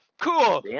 Cool